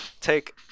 take